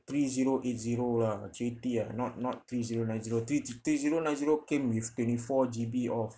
three zero eight zero lah three T ah not not three zero nine zero three three zero nine zero came with twenty-four G_B of